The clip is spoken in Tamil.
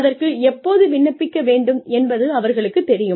அதற்கு எப்போது விண்ணப்பிக்க வேண்டும் என்பது அவர்களுக்குத் தெரியும்